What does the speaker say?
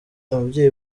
ababyeyi